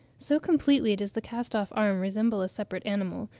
so completely does the cast-off arm resemble a separate animal,